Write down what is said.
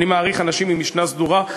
אני מעריך אנשים עם משנה סדורה.